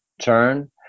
turn